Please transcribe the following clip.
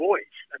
Voice